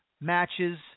matches